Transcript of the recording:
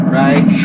right